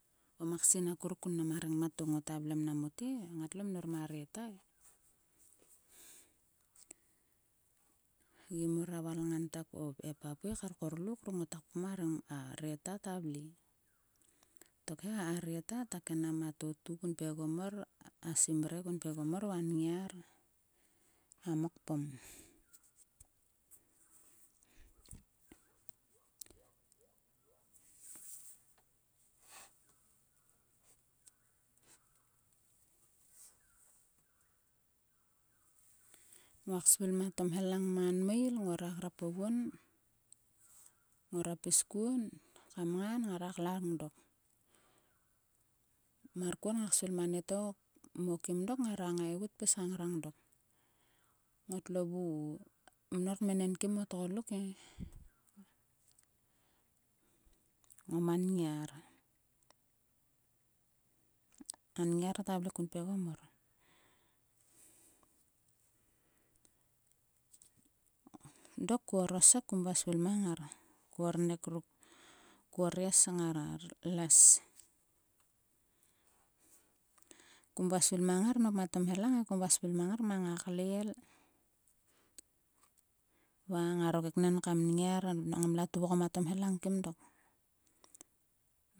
O maksin akuruk kun mnam a rengmat to ngota vle mnam mote. Ngatlo mnor ma re ta e. Gi mor a valngan ta ko e papui kar korlok ruk ngata kpom a re ta. ta vle. Tokhe a re ta. ta khenam a totu kun pegom mor. simre kun pegom mor va a nngiar. a mokpom. Nguak svil ma tomhelang man meil. Ngora grap oguon. Ngoro pis kuon ka mngan ngara klang dok. Mar kuon ngak svil ma nieto. mo kim dok. Ngara ngaigut pis ka ngrang dok. Ngotlo vu mnor kmenenkim o tgolduk e. Ngoma nngiar. A ngiar ta vle kun pe gom mor. Dok ko orosek. kum vua svil mang ngar. Ko ornek ruk. ko orres ngar les. Kum vua svil mang ngar e. Kum vua svil mang ngar mang a klel. Va ngaro kenen kam nngiar. Ngamla tuvgom a tomhelang kim dok.